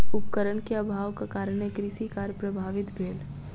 उपकरण के अभावक कारणेँ कृषि कार्य प्रभावित भेल